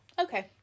Okay